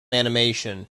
animation